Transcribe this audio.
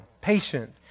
Patient